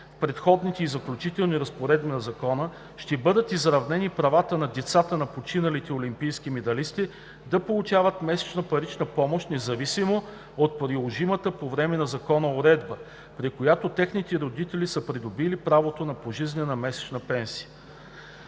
Преходните и заключителните разпоредби на Закона ще бъдат изравнени правата на децата на починалите олимпийски медалисти да получат месечна парична помощ, независимо от приложимата по време законова уредба, при която техните родители са придобили правото на пожизнена месечна премия.